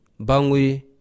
bangui